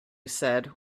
said